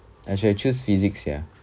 I should have chose physics ya